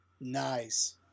Nice